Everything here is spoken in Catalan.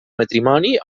matrimoni